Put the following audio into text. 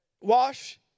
Wash